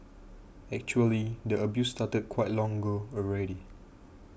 actually the abuse started quite long ago already